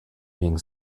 being